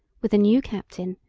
with a new captain,